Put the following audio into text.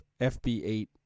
FB8